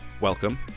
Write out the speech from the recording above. welcome